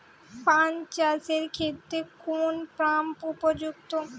পান চাষের পক্ষে কোন পাম্প উপযুক্ত?